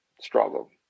Struggle